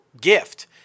gift –